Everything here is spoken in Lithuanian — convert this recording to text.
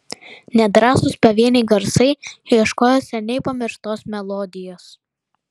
nedrąsūs pavieniai garsai ieškojo seniai pamirštos melodijos